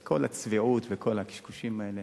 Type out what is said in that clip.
אז את כל הצביעות ואת כל הקשקושים האלה